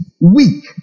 weak